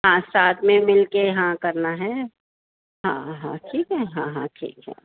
ہاں ساتھ میں مل کے ہاں کرنا ہے ہاں ہاں ٹھیک ہے ہاں ہاں ٹھیک ہے